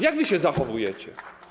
Jak wy się zachowujecie?